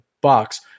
box